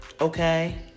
Okay